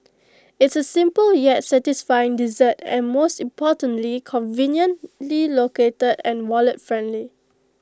it's A simple yet satisfying dessert and most importantly conveniently located and wallet friendly